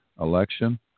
election